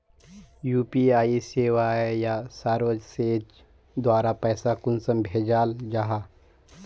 UPI सेवाएँ या services द्वारा पैसा कुंसम भेजाल जाहा?